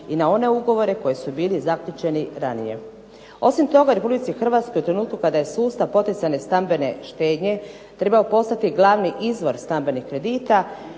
i na one ugovore koji su bili zaključeni ranije. Osim toga RH u trenutku kada je sustav poticajne stambene štednje trebao postati glavni izvor stambenih kredita,